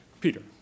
Peter